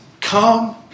come